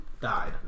Died